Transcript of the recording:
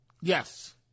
Yes